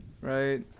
right